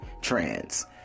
trans